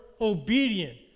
obedient